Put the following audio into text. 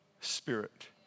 spirit